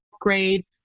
Grade